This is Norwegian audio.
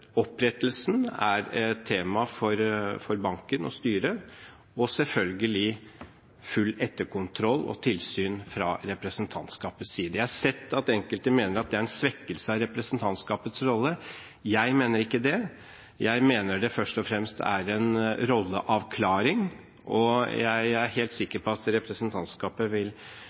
opprettelsen er et tema for banken og styret, og selvfølgelig full etterkontroll og tilsyn fra representantskapets side. Jeg har sett at enkelte mener at det er en svekkelse av representantskapets rolle. Jeg mener ikke det. Jeg mener det først og fremst er en rolleavklaring, og jeg er helt